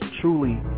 truly